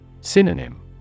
Synonym